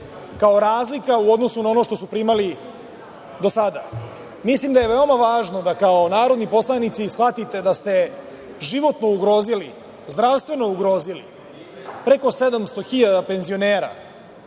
kao razlika u odnosu na ono što su primali do sada. Mislim da je veoma važno da kao narodni poslanici shvatite da ste životno ugrozili, zdravstveno ugrozili preko 700.000 penzionera